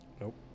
Nope